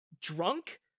Drunk